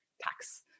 tax